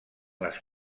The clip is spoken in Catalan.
les